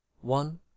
One